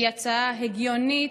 היא הצעה הגיונית,